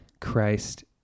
Christ